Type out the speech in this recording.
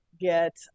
get